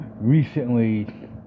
recently